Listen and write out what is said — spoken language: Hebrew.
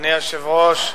אדוני היושב-ראש,